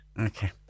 Okay